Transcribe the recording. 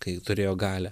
kai turėjo galią